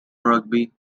rugby